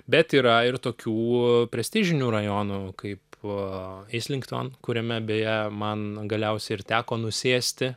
bet yra ir tokių prestižinių rajonų kaip eislington kuriame beje man galiausiai ir teko nusėsti